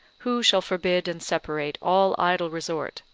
who shall forbid and separate all idle resort,